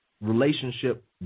relationship